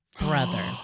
brother